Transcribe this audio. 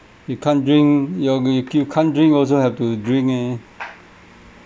you can't drink you're you you can't drink also have to drink eh